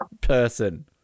person